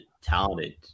talented